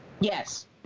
Yes